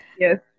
Yes